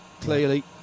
clearly